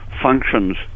functions